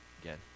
Again